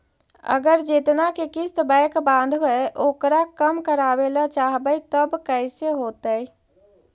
अगर जेतना के किस्त बैक बाँधबे ओकर कम करावे ल चाहबै तब कैसे होतै?